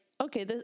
okay